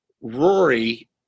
Rory